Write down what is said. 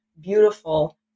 beautiful